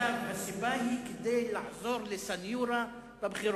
כתב: הסיבה היא כדי לעזור לסניורה בבחירות.